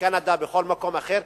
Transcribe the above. בקנדה ובכל מקום אחר,